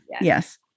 yes